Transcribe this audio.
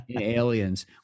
Aliens